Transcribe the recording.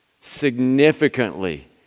significantly